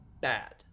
bad